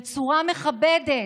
בצורה מכבדת,